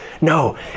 No